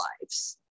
lives